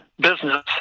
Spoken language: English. business